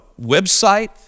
website